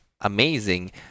amazing